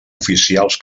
oficials